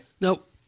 Nope